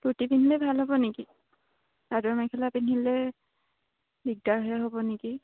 কুৰ্টি পিন্ধিলে ভাল হ'ব নেকি চাদৰ মেখেলা পিন্ধিলে দিগদাৰহে হ'ব নেকি